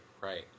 right